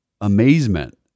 amazement